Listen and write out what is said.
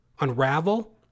unravel